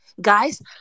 guys